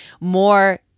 more